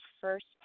first